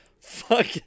fuck